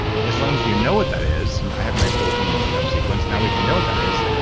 as long as you know what that is, and i have my full human genome sequence, now we can know what that is,